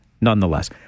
nonetheless